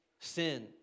sin